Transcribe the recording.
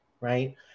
right